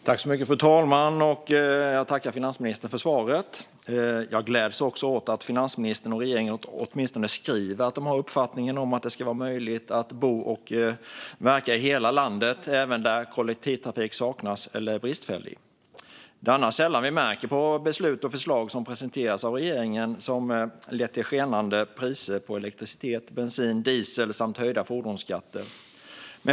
Fru talman! Jag tackar finansministern för svaret. Jag gläds över att finansministern och regeringen åtminstone säger att de har uppfattningen att det ska vara möjligt att bo och verka i hela landet, även där kollektivtrafik saknas eller är bristfällig. Det är annars sällan något vi märker på beslut och förslag som presenterats av regeringen och som lett till skenande priser på elektricitet, bensin och diesel och höjda fordonsskatter.